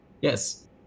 Yes